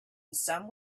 some